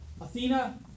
athena